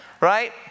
right